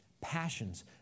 Passions